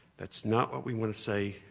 that's not what we want to say.